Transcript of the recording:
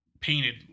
painted